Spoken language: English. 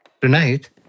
Tonight